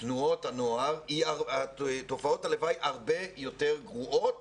תנועות הנוער, הרבה יותר גרועות